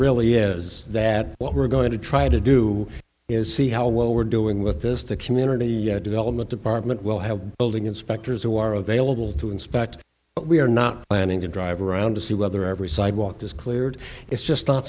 really is that what we're going to try to do is see how well we're doing with this the community development department we'll have building inspectors who are available to inspect but we are not planning to drive around to see whether every sidewalk is cleared it's just not